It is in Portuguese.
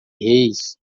reis